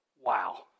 Wow